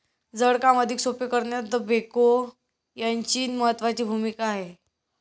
जड काम अधिक सोपे करण्यात बेक्हो यांची महत्त्वाची भूमिका आहे